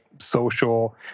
social